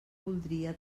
voldria